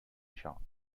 shops